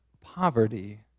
poverty